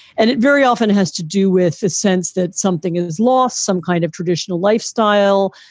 and it very often has to do with a sense that something is lost, some kind of traditional lifestyle,